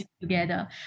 together